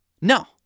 No